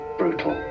brutal